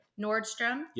Nordstrom